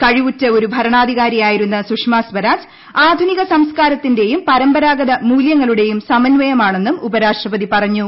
കഴിവുറ്റ ഒരു ഭരണാധികാരിയായിരുന്ന സുഷ്മ സ്വരാജ് ആധുനിക സംസ്കാരത്തിന്റെയും പരമ്പരാഗത മൂലൃങ്ങളുടെയും സമന്വയമാ ണെന്നും ഉപരാഷ്ട്രപതി പറഞ്ഞു